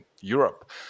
Europe